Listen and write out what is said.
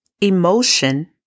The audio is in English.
Emotion